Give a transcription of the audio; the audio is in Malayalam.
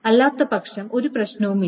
അല്ലാത്തപക്ഷം ഒരു പ്രശ്നവുമില്ല